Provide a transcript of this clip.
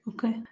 Okay